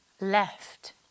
left